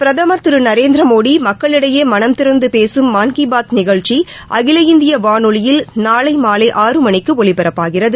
பிரதம் திருநரேந்திரமோடிமக்களிடையேமனம் திறந்தபேசும் மன் கிபாத் நிகழ்ச்சிஅகில இந்தியவானொலியில் நாளைமாலை ஆறு மணிக்குஒலிபரப்பாகிறது